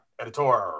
Editor